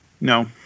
No